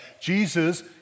Jesus